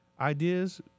ideas